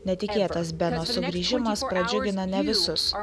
netikėtas beno sugrįžimas pradžiugino ne visus o